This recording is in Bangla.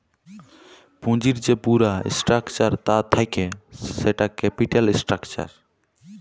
পুঁজির যে পুরা স্ট্রাকচার তা থাক্যে সেটা ক্যাপিটাল স্ট্রাকচার